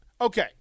Okay